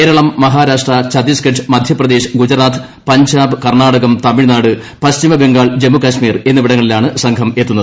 കേരളം മഹാരാഷ്ട്ര ഛത്തീസ്ഗഡ് മധ്യപ്രദേശ് ഗുജറാത്ത് പഞ്ചാബ് കർണാടകം തമിഴ്നാട് പശ്ചിമബംഗാൾ ജമ്മുകൾ്മീർ എന്നിവിടങ്ങളിലാണ് സംഘം എത്തുന്നത്